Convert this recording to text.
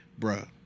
bruh